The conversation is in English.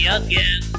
again